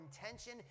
intention